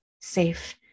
safe